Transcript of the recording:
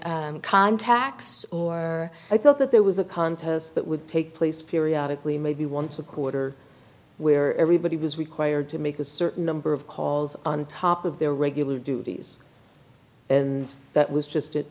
contacts or i thought that there was a contest that would take place periodically maybe once a quarter where everybody was required to make a certain number of calls on top of their regular duties and that was just it